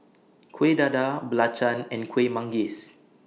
Kueh Dadar Belacan and Kuih Manggis